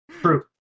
True